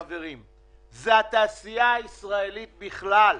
חברים, זו התעשייה הישראלית בכלל.